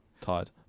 Tired